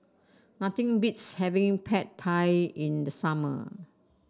nothing beats having Pad Thai in the summer